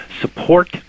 support